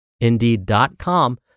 Indeed.com